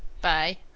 Bye